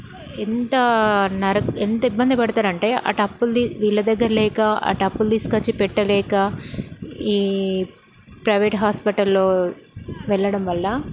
ఎంత నరక ఎంత ఇబ్బంది పడతారంటే అటప్పులది వీళ్ళ దగ్గర లేక అటప్పులు తీసుకొచ్చి పెట్టలేక ఈ ప్రైవేట్ హాస్పిటల్లో వెళ్ళడం వల్ల